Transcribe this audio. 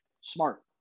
smart